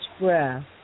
breath